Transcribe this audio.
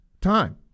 time